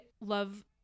love